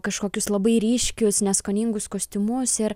kažkokius labai ryškius neskoningus kostiumus ir